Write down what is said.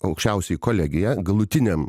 aukščiausioji kolegija galutiniam